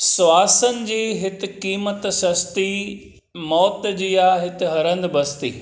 स्वासनि जी हिते क़ीमत सस्ती मौत जी आहे हिते हर हंदु बस्ती